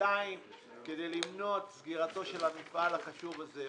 שנתיים כדי למנוע את סגירתו של המפעל החשוב הזה.